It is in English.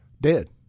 Dead